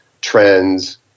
trends